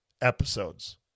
episodes